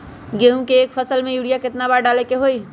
गेंहू के एक फसल में यूरिया केतना बार डाले के होई?